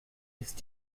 ist